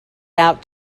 out